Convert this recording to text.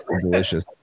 delicious